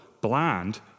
bland